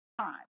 time